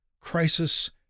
crisis